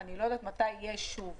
ואני לא יודעת מתי יהיה שוב